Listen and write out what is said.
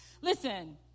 Listen